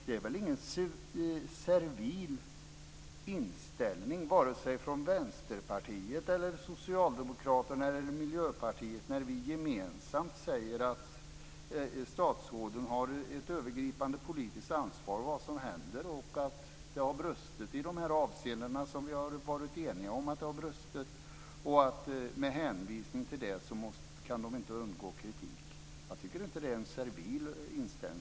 Det är väl ingen servil inställning vare sig från Vänsterpartiet, Socialdemokraterna eller Miljöpartiet när vi gemensamt säger att statsråden har ett övergripande politiskt ansvar för vad som händer. Det har brustit i de avseenden som vi har varit eniga att det har brustit i. Men hänvisning till det kan de inte undgå kritik. Jag tycker inte att det är en servil inställning.